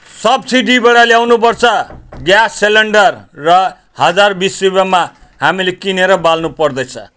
सप्सिटीबाट ल्याउनुपर्छ gas cylinder र हजार बिस रुपियाँमा हामीले किनेर बाल्नुपर्दैछ